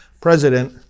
president